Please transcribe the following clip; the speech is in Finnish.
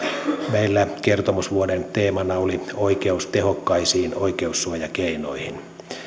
meillä kertomusvuoden teemana oli oikeus tehokkaisiin oikeussuojakeinoihin